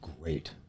great